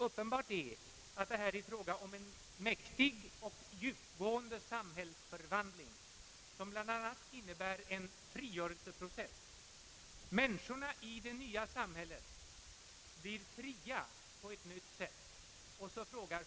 Uppenbart är att det här är fråga om en mäktig och djupgående samhällsförvandling som bl.a. innebär en frigörelseprocess. Människorna i det nya samhället blir fria på ett nytt sätt.